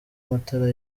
amatara